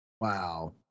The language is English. Wow